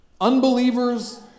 Unbelievers